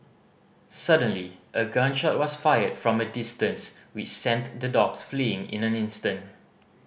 suddenly a gun shot was fired from a distance which sent the dogs fleeing in an instant